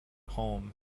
home